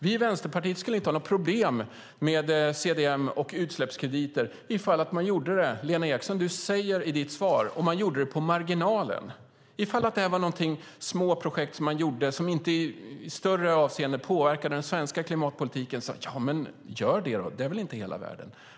Vi i Vänsterpartiet skulle inte ha något problem med CDM och utsläppskrediter om man, som du säger i ditt svar, gjorde det på marginalen och om det här var ett litet projekt som inte i någon större utsträckning påverkade den svenska klimatpolitiken. Gör det då; det är inte hela världen.